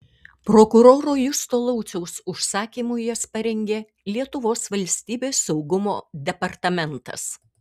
prokuroro justo lauciaus užsakymu jas parengė lietuvos valstybės saugumo departamentas